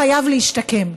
חייב להשתקם.